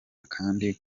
kandi